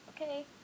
okay